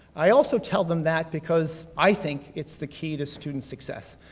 i also tell them that, because i think it's the key to student success,